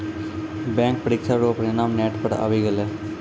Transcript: bank परीक्षा रो परिणाम नेट पर आवी गेलै